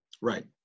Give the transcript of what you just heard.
Right